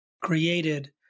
created